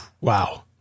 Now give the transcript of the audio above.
Wow